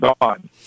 gone